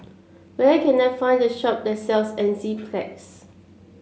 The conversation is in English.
where can I find a shop that sells Enzyplex